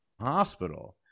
hospital